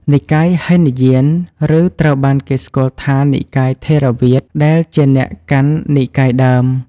និកាយហីនយាន ឬត្រូវបានគេស្គាល់ថា និកាយថេរវាទ (ដែលជាអ្នកកាន់និកាយដើម)។